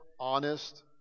honest